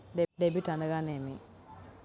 Debit అనగానేమి?